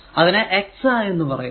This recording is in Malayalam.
ഇതിനെഎക്സ എന്ന് പറയുന്നു